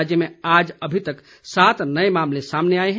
राज्य में आज अभी तक सात नए मामले सामने आए हैं